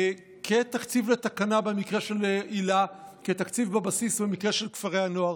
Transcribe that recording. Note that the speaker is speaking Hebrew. כתקציב לתקנה במקרה של היל"ה וכתקציב בבסיס במקרה של כפרי הנוער.